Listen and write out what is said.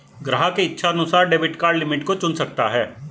ग्राहक इच्छानुसार debit card limit को चुन सकता है